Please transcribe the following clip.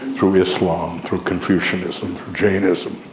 through islam, through confucianism, jainism,